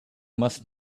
must